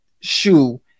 shoe